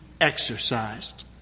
exercised